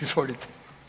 Izvolite.